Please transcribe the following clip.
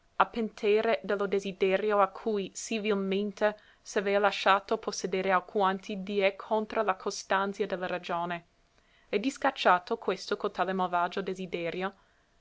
pentère de lo desiderio a cui sì vilmente s'avea lasciato possedere alquanti die contra la costanzia de la ragione e discacciato questo cotale malvagio desiderio